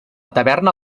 taverna